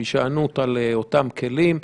מניעת התפרצות המגיפה צריך להיות מוסדר בחקיקה